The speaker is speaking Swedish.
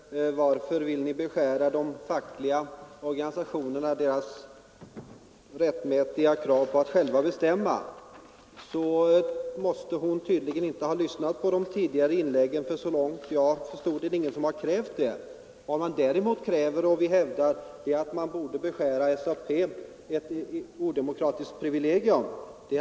Herr talman! Fru Hansson frågade varför vi vill beskära de fackliga organisationernas rätt att själva få bestämma. Hon har tydligen inte lyssnat på de tidigare inläggen. Såvitt jag har förstått har ingen föreslagit det. Däremot vill man ta ifrån SAP ett odemokratiskt privilegium.